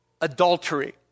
adultery